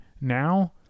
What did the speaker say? now